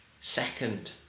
second